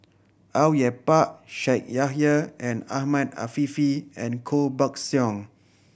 Au Yue Pak Shaikh Yahya and Ahmed Afifi and Koh Buck Song